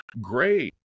Great